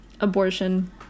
abortion